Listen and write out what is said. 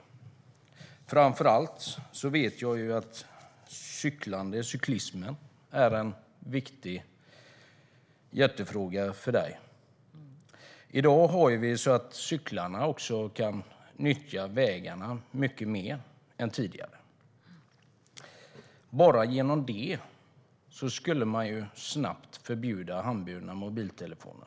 Jag vet att framför allt cyklandet, cyklismen, är en jätteviktig fråga för dig.I dag kan cyklisterna nyttja vägarna mycket mer än tidigare. Bara på grund av det borde man snabbt förbjuda handburna mobiltelefoner.